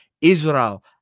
Israel